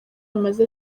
amaze